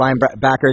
linebackers